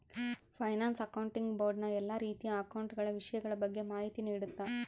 finance accounting board ನ ಎಲ್ಲಾ ರೀತಿಯ ಅಕೌಂಟ ಗಳ ವಿಷಯಗಳ ಬಗ್ಗೆ ಮಾಹಿತಿ ನೀಡುತ್ತ